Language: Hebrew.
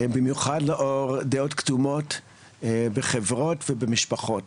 במיוחד לאור דעות קדומות בחברות ובמשפחות.